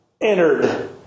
entered